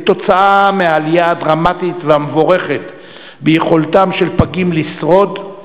כתוצאה מהעלייה הדרמטית והמבורכת ביכולתם של פגים לשרוד,